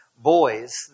Boys